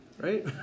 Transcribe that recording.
right